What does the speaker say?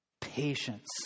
patience